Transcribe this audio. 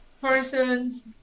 persons